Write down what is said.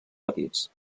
petits